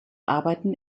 arbeiten